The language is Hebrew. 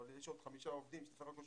אבל יש עוד חמישה עובדים שצריך לפנות גם,